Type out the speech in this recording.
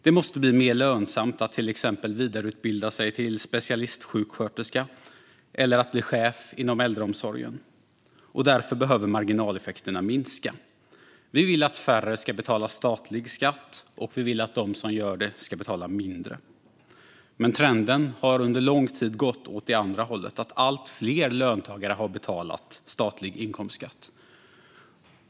Det måste bli mer lönsamt att till exempel vidareutbilda sig till specialistsjuksköterska eller bli chef inom äldreomsorgen. Därför behöver marginaleffekterna minska. Vi vill att färre ska betala statlig skatt, och vi vill att de som gör det ska betala mindre. Men trenden har under lång tid gått åt det andra hållet, mot att allt fler löntagare har betalat statlig inkomstskatt.